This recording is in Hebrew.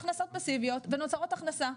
הכנסות פסיביות ונוצרת הכנסה,